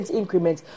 increment